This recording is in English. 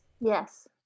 yes